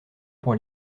pour